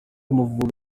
amavubi